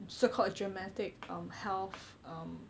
so called dramatic um health um